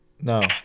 No